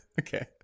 okay